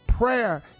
Prayer